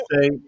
say